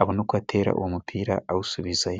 abone uko atera umupira awusubizayo.